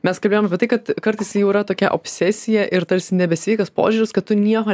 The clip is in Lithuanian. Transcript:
mes kalbėjom apie tai kad kartais jau yra tokia obsesija ir tarsi nebesveikas požiūris kad tu nieko